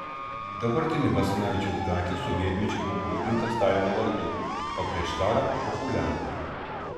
dabartinė basanavičiaus gatvė sovietmečiu buvo pavadinta stalino vardu o prieš karą pohulianka